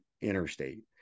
interstate